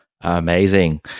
Amazing